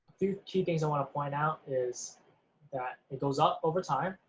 few key things i want to point out is that it goes up over time,